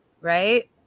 right